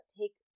take